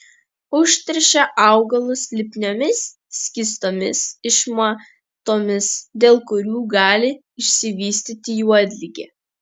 užteršia augalus lipniomis skystomis išmatomis dėl kurių gali išsivystyti juodligė